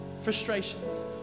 frustrations